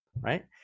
right